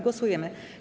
Głosujemy.